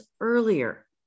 earlier